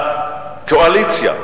לקואליציה,